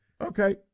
Okay